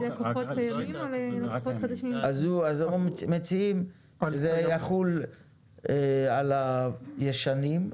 אנחנו מציעים שזה יחול על הישנים,